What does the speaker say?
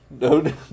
No